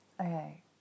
Okay